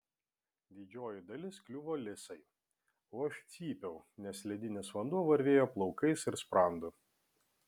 didžioji dalis kliuvo lisai o aš cypiau nes ledinis vanduo varvėjo plaukais ir sprandu